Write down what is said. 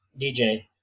DJ